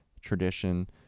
tradition